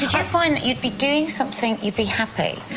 you find that you'd be doing something, you'd be happy,